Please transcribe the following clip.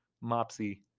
Mopsy